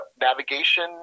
Navigation